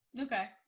Okay